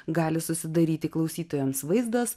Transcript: gali susidaryti klausytojams vaizdas